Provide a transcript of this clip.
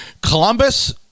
Columbus